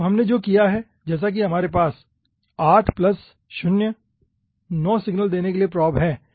तो हमने जो किया है जैसा कि हमारे पास 8 प्लस 0 9 सिग्नल लेने के लिए प्रोब है